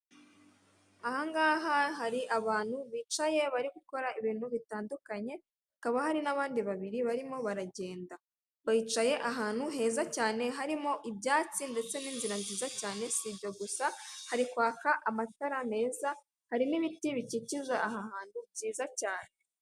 Ahangaha hari abantu bicaye barigukora ibintu bitandukanye, hakaba hari n'abandi babiri barimo baragenda, bicaye ahantu heza cyane harimo ibyatsi ndetse n'inzira nziza cyane, si ibyo gusa harikwanga amatara meza hari n'ibiti bikikije aha hantu heza cyane.